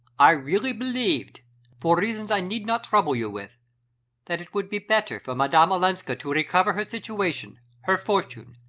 i really believed for reasons i need not trouble you with that it would be better for madame olenska to recover her situation, her fortune,